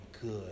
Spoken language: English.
good